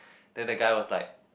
then the guy was like